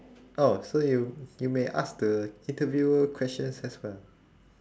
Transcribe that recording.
oh so you you may ask the interviewer questions as well